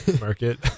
market